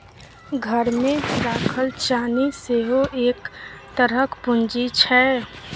घरमे राखल चानी सेहो एक तरहक पूंजी छै